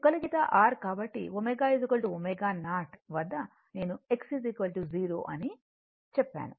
కాబట్టి ω ω0 వద్ద నేను X 0 అని చెప్పాను